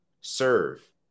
Serve